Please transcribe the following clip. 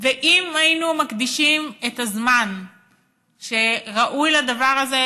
ואם היינו מקדישים את הזמן שראוי לדבר הזה,